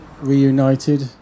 reunited